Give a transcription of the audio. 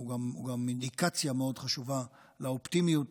הוא גם אינדיקציה מאוד חשובה לאופטימיות